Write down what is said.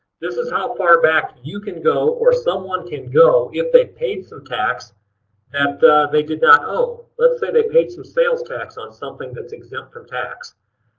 this is how far back you can go or someone can go if they paid some tax that and they did not owe. let's say they payed some sales tax on something that's exempt from tax.